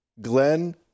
Glenn